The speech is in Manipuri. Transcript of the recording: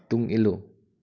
ꯇꯨꯡ ꯏꯜꯂꯨ